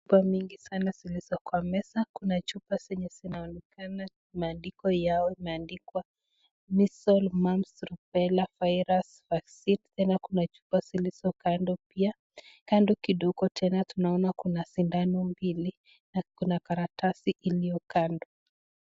Dawa mingi sana zilizo kwa meza kuna chupa zenye zinaonekana imeandikwa yao imeandikwa Measles Mumps Rubella Virus Vaccine. Tena kuna chupa zilizokando pia kando kidogo tena tunaona kuna sindano mbili na kuna karatasi iliyo kando.